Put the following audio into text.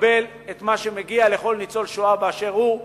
לקבל את מה שמגיע לכל ניצול שואה באשר הוא,